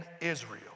Israel